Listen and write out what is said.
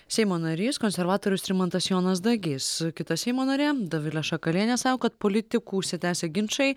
seimo narys konservatorius rimantas jonas dagys kita seimo narė dovilė šakalienė sako kad politikų užsitęsę ginčai